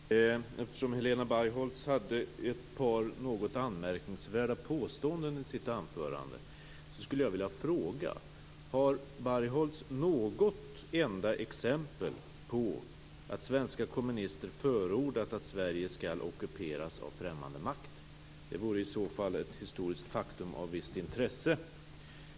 Fru talman! Eftersom Helena Bargholtz gjorde ett par något anmärkningsvärda påståenden i sitt anförande, skulle jag för det första vilja fråga om Bargholtz har något enda exempel på att svenska kommunister förordat att Sverige ska ockuperas av främmande makt. Det vore i så fall ett historiskt faktum av visst intresse.